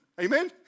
Amen